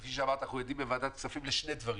כפי שאמרת, אנחנו עדים בוועדת הכספים לשני דברים.